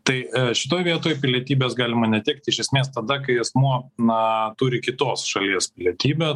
tai šitoj vietoj pilietybės galima netekti iš esmės tada kai asmuo na turi kitos šalies pilietybę